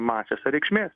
masės reikšmės